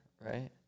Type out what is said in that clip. right